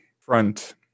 front